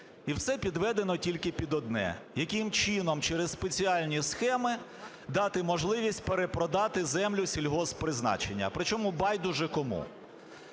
І все підведено тільки під одне: яким чином через спеціальні схеми дати можливість перепродати землю сільгосппризначення, причому байдуже кому,